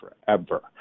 forever